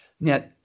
Now